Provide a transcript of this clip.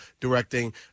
directing